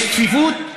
יש צפיפות,